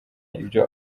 ibyo